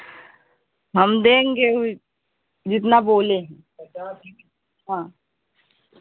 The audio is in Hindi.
हम देंगे वही जितना बोले हैं हाँ